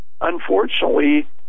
unfortunately